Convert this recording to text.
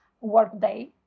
workday